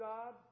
God